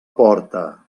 porta